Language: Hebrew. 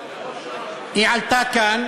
היא עלתה כאן,